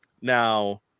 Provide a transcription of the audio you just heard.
Now